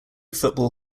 football